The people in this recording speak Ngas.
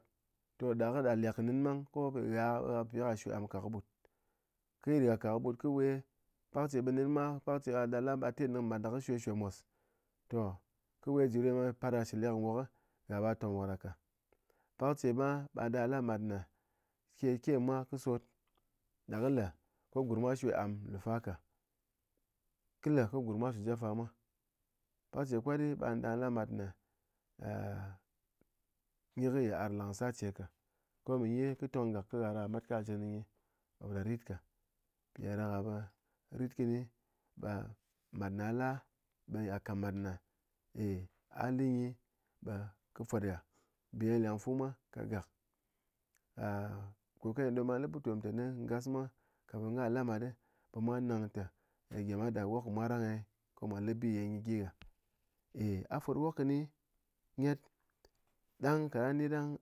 Toh ɗa kɨ ɗap lek nɨn ɓang ko ghá ghà kɨ pi ka shwe am ka kɨ ɓut, kɨ yit gha ka kɨ ɓut, kɨ we, pakche ɓe nɨn ma pakche a da la a te néng mat na e shwe shwe mos, toh kɨ we ji be shi lek nwok gha ɓa tong wok ɗa ka, pakche ma ɓa da la mat na té ke mwa kɨ sot, ɗa kɨ le ko gurm mwa shwe am lu fa ka, kɨ le ko gurm mwa su jep fa mwa, pakche kwatdɨ ɓa da la mat ne nyi kɨ yit'ar lang sar che ka, ko mɨnyi kɨ tong gak kɨ gha ɗo gha met ka je kɨ nyi ni ko ɗa ritka, mpiɗáɗaka ɓe ritkɨni ɓe mat na gha la ɓe gha kat mát né eh a lé nyi ɓe kɨ fwot ghá, mbilengleng fu mwa ka gak ah koye gha le ɓutom tɨné ngas mwa kamen na la mát ɓe mwa nang té pé nyi mwa wok mwa rang eh ko mwa le bi ye gyi gha eh a fot wok kɨni nyet ɗang kádang gha ni ɗang